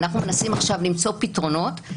אנחנו מנסים עכשיו למצוא פתרונות.